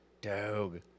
dog